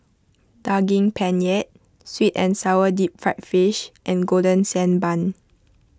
Daging Penyet Sweet and Sour Deep Fried Fish and Golden Sand Bun